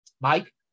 Mike